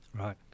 right